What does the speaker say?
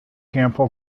campbell